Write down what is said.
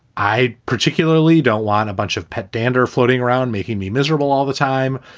i particularly don't want a bunch of pet dander floating around making me miserable all the time.